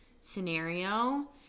scenario